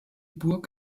burg